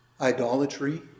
idolatry